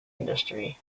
industry